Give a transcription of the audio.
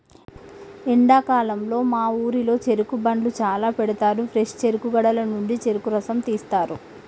ఎండాకాలంలో మా ఊరిలో చెరుకు బండ్లు చాల పెడతారు ఫ్రెష్ చెరుకు గడల నుండి చెరుకు రసం తీస్తారు